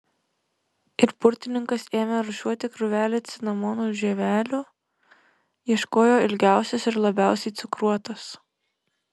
ir burtininkas ėmė rūšiuoti krūvelę cinamonų žievelių ieškojo ilgiausios ir labiausiai cukruotos